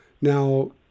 now